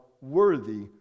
worthy